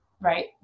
right